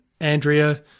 Andrea –